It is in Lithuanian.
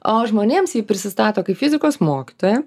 o žmonėms ji prisistato kaip fizikos mokytoja